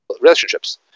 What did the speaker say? relationships